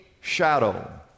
shadow